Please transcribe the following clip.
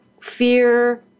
fear